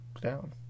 down